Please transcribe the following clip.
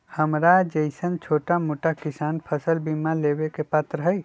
हमरा जैईसन छोटा मोटा किसान फसल बीमा लेबे के पात्र हई?